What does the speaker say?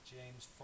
James